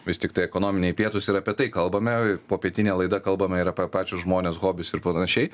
vis tiktai ekonominiai pietūs ir apie tai kalbame popietinė laida kalbame ir apie pačius žmones hobius ir panašiai